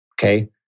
Okay